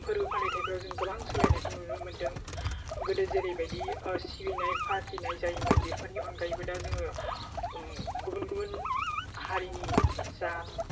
फोरबो फालिथायफोराव जों गोबां सोलायनायखौ नुनो मोनदों गोदो जेरैबायदि सिबिनाय फालिनाय जायोमोन बेफोरनि अनगायैबो दा जोङो गुबुन गुबुन हारिनि जा